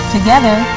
Together